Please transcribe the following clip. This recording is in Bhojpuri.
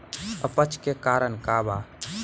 अपच के का कारण बा?